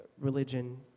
religion